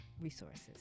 resources